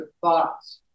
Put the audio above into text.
thoughts